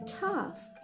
tough